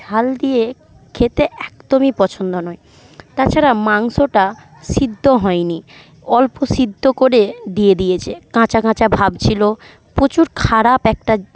ঝাল দিয়ে খেতে একদমই পছন্দ নয় তাছাড়াও মাংসটা সিদ্দ হয় নি অল্প সিদ্ধ করে দিয়ে দিয়েছে কাঁচা কাঁচা ভাব ছিলো প্রচুর খারাপ একটা